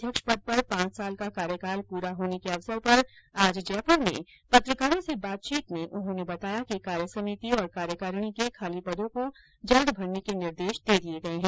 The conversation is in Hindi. अध्यक्ष पद पर पांच साल का कार्यकाल पूरा होने के अवसर पर आज जयपूर में पत्रकारों से बातचीत में उन्होंने बताया कि कार्यसमिति और कार्यकारिणी के खाली पदों को जल्द भरने के निर्देश दे दिए गए हैं